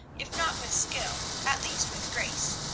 if not with skill, at least with grace,